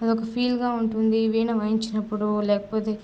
అదొక్క ఫీల్గా ఉంటుంది వీణ వాయించినప్పుడు లేకపోతే